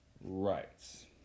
rights